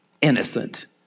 Innocent